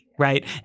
Right